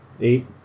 Eight